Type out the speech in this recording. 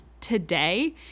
today